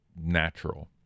natural